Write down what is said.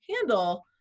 handle